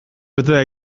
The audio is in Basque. betea